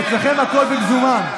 אצלכם הכול במזומן.